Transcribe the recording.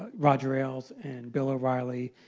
roger ailes and bill o'reilly.